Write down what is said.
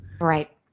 Right